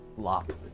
Lop